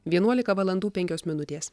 vienuolika valandų penkios minutės